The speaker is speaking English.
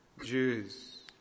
Jews